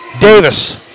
Davis